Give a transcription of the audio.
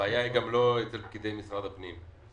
הבעיה היא גם לא אצל פקידי משרד הפנים.